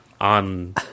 on